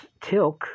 Tilk